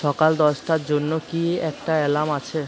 সকাল দশটার জন্য কি একটা অ্যালার্ম আছে